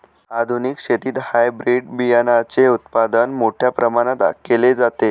आधुनिक शेतीत हायब्रिड बियाणाचे उत्पादन मोठ्या प्रमाणात केले जाते